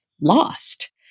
lost